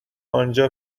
آنجا